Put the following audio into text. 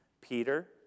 Peter